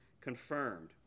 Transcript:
confirmed